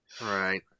Right